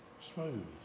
smooth